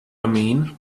mean